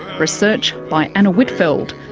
research by anna whitfeld,